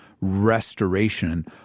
restoration